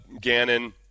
Gannon